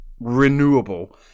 renewable